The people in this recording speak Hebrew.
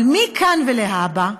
אבל מכאן ולהבא,